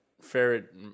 ferret